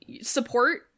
support